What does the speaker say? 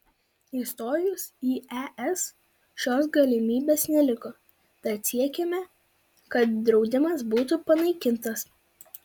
įstojus į es šios galimybės neliko tad siekiame kad draudimas būtų panaikintas